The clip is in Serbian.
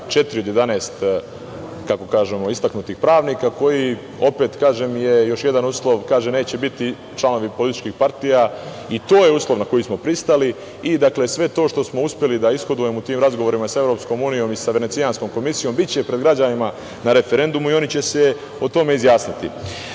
četiri od jedanaest, kako kažemo, istaknutih pravnika koji, opet kažem, je još jedan uslov, kaže, neće biti članovi političkih partija, i to je uslov na koji smo pristali,. Sve to što smo uspeli da ishodujemo u tim razgovorima sa EU i sa Venecijanskom komisijom biće pred građanima na referendumu i oni će se o tome izjasniti. Kakao